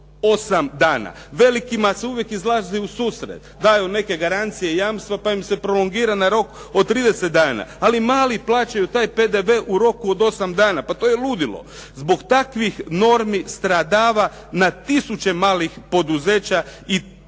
dana? Velikima se uvijek izlazi u susret, daju neke garancije, jamstva pa im se prolongira na rok od 30 dana ali mali plaćaju taj PDV u roku od osam dana. Pa to je ludilo. Zbog takvih normi stradava na tisuće malih poduzeća i tisuće